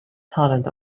talent